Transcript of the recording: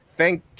thank